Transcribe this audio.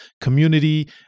community